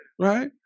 right